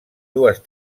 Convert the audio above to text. dues